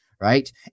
right